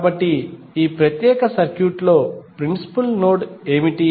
కాబట్టి ఈ ప్రత్యేక సర్క్యూట్ లో ప్రిన్సిపుల్ నోడ్ ఏమిటి